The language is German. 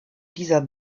dieser